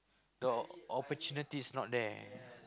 the opportunity is not there